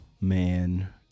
man